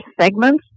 segments